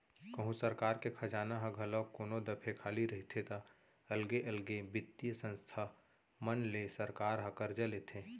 कहूँ सरकार के खजाना ह घलौ कोनो दफे खाली रहिथे ता अलगे अलगे बित्तीय संस्था मन ले सरकार ह करजा लेथे